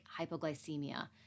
hypoglycemia